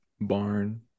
barn